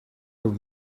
have